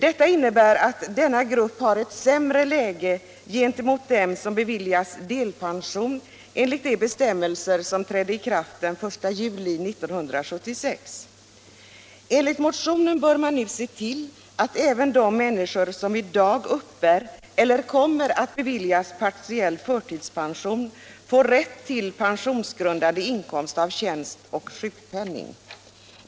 Detta innebär att denna grupp har ett sämre läge gentemot dem som beviljas delpension enligt de bestämmelser som trädde i kraft den 1 juli 1976. Enligt motionen bör man nu se till att även de människor som i dag uppbär eller kommer att beviljas partiell förtidspension får rätt till pensionsgrundande inkomst av tjänst och sjukpenning.